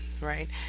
right